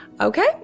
Okay